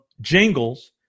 jingles